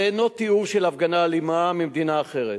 זה אינו תיאור של הפגנה אלימה במדינה אחרת,